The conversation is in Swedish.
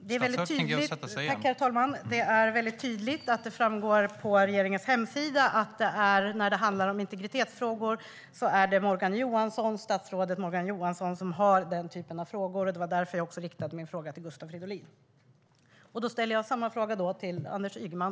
Herr talman! Det framgår tydligt på regeringens hemsida att det är statsrådet Morgan Johansson som har hand om den typen av integritetsfrågor. Det var också därför som jag riktade min fråga till Gustav Fridolin. Då ställer jag samma fråga till Anders Ygeman.